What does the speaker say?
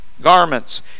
garments